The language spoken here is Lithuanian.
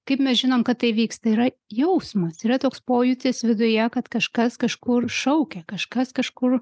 kaip mes žinom kad tai vyksta yra jausmas yra toks pojūtis viduje kad kažkas kažkur šaukia kažkas kažkur